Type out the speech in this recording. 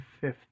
fifth